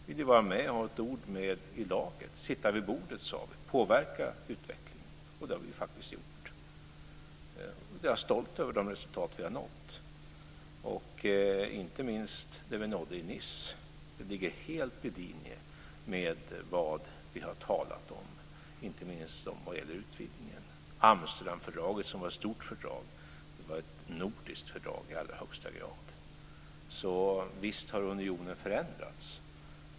Vi ville ju ha ett ord med i laget, sitta vid bordet, sade vi, påverka utvecklingen. Det har vi faktiskt gjort. Jag är stolt över de resultat vi har nått, inte minst det vi nådde i Nice. Det ligger helt i linje med vad vi har talat om, inte minst vad gäller utvidgningen. Amsterdamfördraget, som var ett stort fördrag, var ett nordiskt fördrag i allra högsta grad. Visst har unionen förändrats.